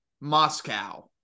Moscow